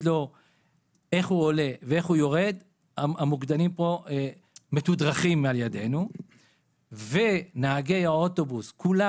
לו איך הוא עולה ואיך הוא יורד; נהגי האוטובוס כולם